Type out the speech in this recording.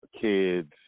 kids